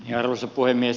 arvoisa puhemies